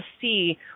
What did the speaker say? see